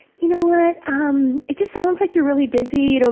you know what? um. it just sounds like you're really busy. you know